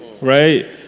right